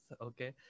Okay